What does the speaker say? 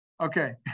okay